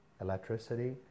electricity